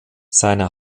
seine